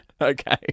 Okay